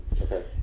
Okay